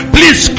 Please